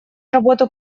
работу